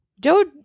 joe